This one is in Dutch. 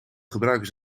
gebruiken